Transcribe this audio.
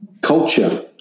culture